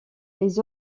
les